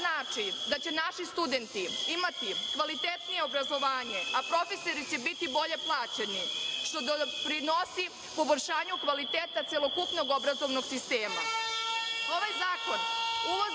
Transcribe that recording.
znači da će naši studenti imati kvalitetnije obrazovanje, a profesori će biti bolje plaćeni što doprinosi poboljšanju kvaliteta celokupnog obrazovnog sistema. Ovaj zakon uvodi